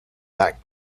that